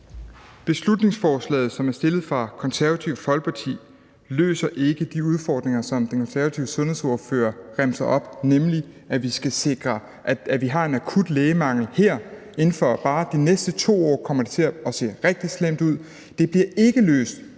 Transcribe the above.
Beslutningsforslaget, som er fremsat af Det Konservative Folkeparti, løser ikke de udfordringer, som den konservative sundhedsordfører remser op, nemlig at vi har en akut lægemangel, og inden for bare de næste 2 år kommer det til at se rigtig slemt ud. Det bliver ikke løst